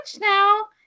now